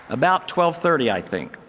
about twelve thirty, i think.